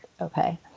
okay